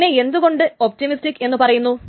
അതിനെ എന്തുകൊണ്ട് ഒപ്റ്റിമിസ്റ്റിക് എന്നു പറയുന്നു